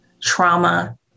trauma